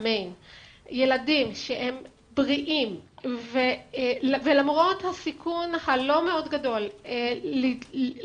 ילדים שהם בריאים ולמרות הסיכון הלא מאוד גדול לחלות